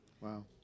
wow